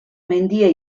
mendia